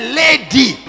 lady